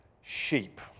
sheep